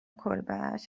کلبش